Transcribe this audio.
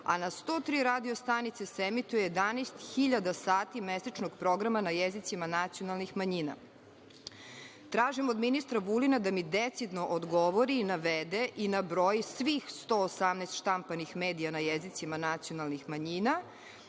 a na 103 radio-stanice se emituje 11.000 sati mesečnog programa na jezicima nacionalnih manjina? Tražim od ministra Vulina da mi decidno odgovori, navede i nabroji svih 118 štampanih medija na jezicima nacionalnih manjina